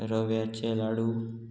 रव्याचे लाडू